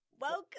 welcome